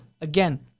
again